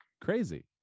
Crazy